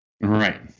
Right